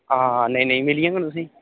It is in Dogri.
हां नेईं नेईं मिली जाङन तुसेंगी